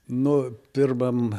nu pirmam